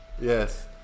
Yes